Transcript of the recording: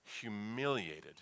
humiliated